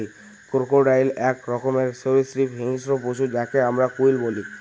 crocodile এক রকমের সরীসৃপ হিংস্র পশু যাকে আমরা কুমির বলি